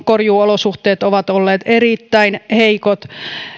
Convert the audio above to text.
korjuuolosuhteet ovat olleet erittäin heikot